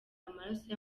amaraso